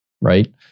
Right